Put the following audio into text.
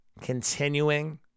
continuing